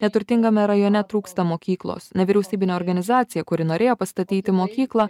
neturtingame rajone trūksta mokyklos nevyriausybinė organizacija kuri norėjo pastatyti mokyklą